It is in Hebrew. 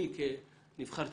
אני כנבחר ציבור,